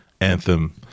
Anthem